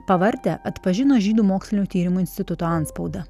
pavartę atpažino žydų mokslinių tyrimų instituto antspaudą